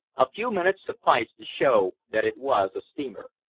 a few minutes sufficed to show that it was a steamer.